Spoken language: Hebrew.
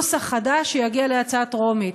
נוסח חדש שיגיע לקריאה טרומית.